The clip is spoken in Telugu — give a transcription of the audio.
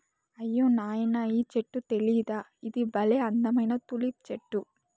అయ్యో నాయనా ఈ చెట్టు తెలీదా ఇది బల్లే అందమైన తులిప్ చెట్టు